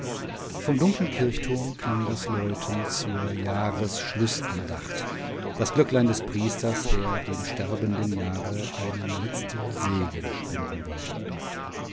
vom dunklen kirchturm klang das läuten zur jahresschlußandacht das glöcklein des priesters der dem sterbenden jahre einen letzten segen spenden wollte